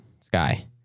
sky